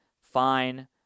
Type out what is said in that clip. Fine